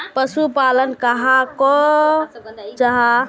पशुपालन कहाक को जाहा?